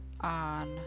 on